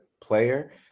player